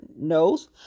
knows